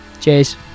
cheers